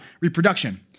reproduction